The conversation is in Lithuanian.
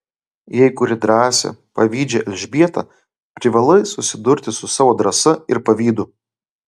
jei kuri drąsią pavydžią elžbietą privalai susidurti su savo drąsa ir pavydu